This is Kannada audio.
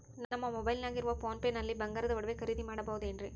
ನಮ್ಮ ಮೊಬೈಲಿನಾಗ ಇರುವ ಪೋನ್ ಪೇ ನಲ್ಲಿ ಬಂಗಾರದ ಒಡವೆ ಖರೇದಿ ಮಾಡಬಹುದೇನ್ರಿ?